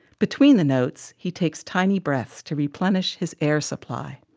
between the notes, he takes tiny breaths to replenish his air supply.